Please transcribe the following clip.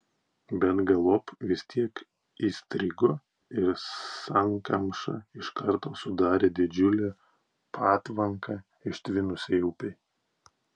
bet galop vis tiek įstrigo ir sankamša iš karto sudarė didžiulę patvanką ištvinusiai upei